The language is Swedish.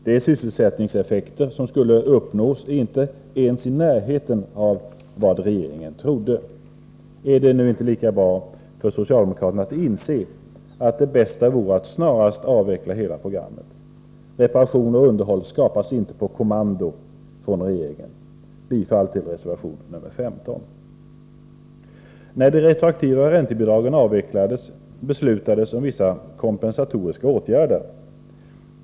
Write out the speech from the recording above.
De sysselsättningseffekter som skulle uppnås ligger inte ens i närheten av vad regeringen trodde. Är det inte lika bra för socialdemokraterna att inse att det bästa vore att snarast avveckla hela programmet. Reparationer och underhåll skapas inte på kommando från regeringen. Bifall till reservation 15. När de retroaktiva räntebidragen avvecklades beslutades om vissa kompensatoriska åtgärder.